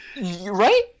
right